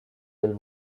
real